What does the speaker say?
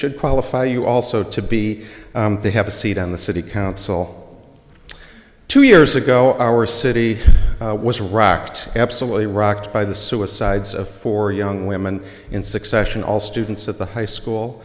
should qualify you also to be they have a seat on the city council two years ago our city was rocked absolutely rocked by the suicides of four young women in succession all students at the high school